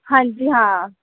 ਹਾਂਜੀ ਹਾਂ